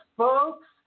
folks